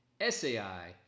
SAI